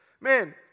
Man